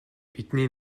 бидний